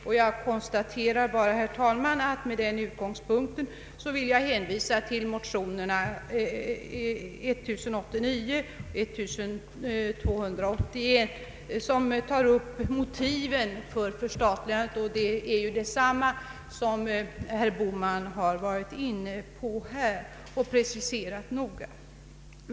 Jag bara konstaterar detta, herr talman, och vill hänvisa till motionerna I:1089 och II: 1281 som tar upp motiven för förstatligandet. Det är detsamma som herr Bohman har varit inne på här och noga preciserat.